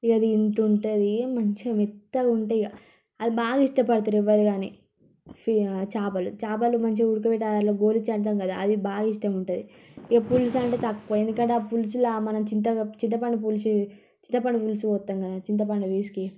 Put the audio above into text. ఇక తింటుంటే ఉంటుంది మంచిగా మెత్తగుంటాయి ఇక అది బాగా ఇష్టపడతారు ఎవరు గానీ ఫి చాపలు చాపలు మంచిగా ఉడకబెట్టాలి గోలించాలి అర్థం కాదు అది బాగా ఇష్టముంటుంది ఇప్పుడు చూసామంటే తక్కువ ఎందుకంటే ఆ పులుసులో మనం చింత చింతపండు చింతపండు పులుసు చింతపండు పులుసు పోస్తాం కదా చింతపండు పిసికి